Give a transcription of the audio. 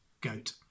goat